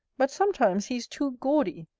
but sometimes he is too gaudy,